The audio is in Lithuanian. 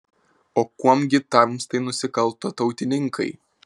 o kuom gi tamstai nusikalto tautininkai